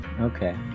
Okay